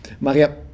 Maria